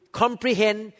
comprehend